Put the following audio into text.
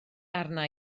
arna